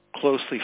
closely